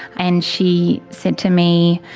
and she said to me,